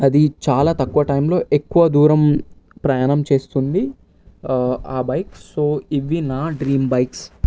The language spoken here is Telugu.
అది చాలా తక్కువ టైంలో ఎక్కువ దూరం ప్రయాణం చేస్తుంది ఆ బైక్స్ సో ఇవి నా డ్రీమ్ బైక్స్